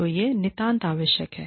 तो यह नितांत आवश्यक है